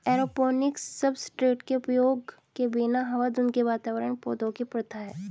aeroponics substrate के उपयोग के बिना हवा धुंध के वातावरण पौधों की प्रथा है